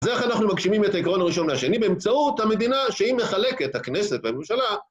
זה איך אנחנו מגשימים את העקרון הראשון והשני, באמצעות המדינה שהיא מחלקת, הכנסת והממשלה.